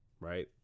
Right